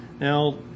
Now